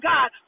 God